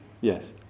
Yes